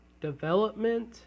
development